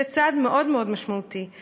זה צעד משמעותי מאוד מאוד.